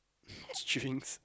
drinks